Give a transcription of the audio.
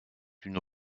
une